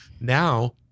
now